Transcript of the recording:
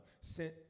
sent